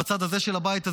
בצד הזה של הבית הזה,